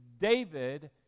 David